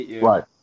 Right